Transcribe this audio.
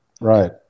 right